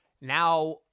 now